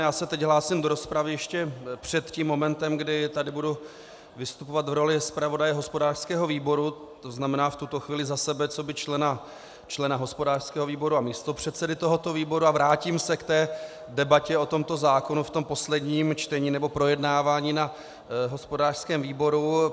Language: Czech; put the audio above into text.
Já se teď hlásím do rozpravy ještě před tím momentem, kdy tady budu vystupovat v roli zpravodaje hospodářského výboru, to znamená v tuto chvíli za sebe coby člena hospodářského výboru a místopředsedy tohoto výboru, a vrátím se k debatě o tomto zákonu v posledním čtení nebo projednávání na hospodářském výboru.